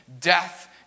death